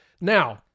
now